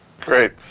Great